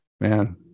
man